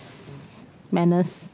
manners